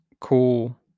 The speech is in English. cool